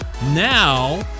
Now